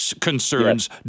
concerns